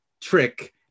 trick